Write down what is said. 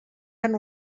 han